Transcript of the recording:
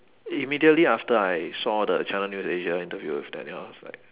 immediately after I saw the channel news asia interview with daniel like